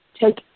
take